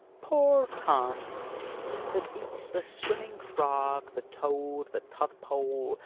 poor tom that eats the swimming frog, the toad, the todpole,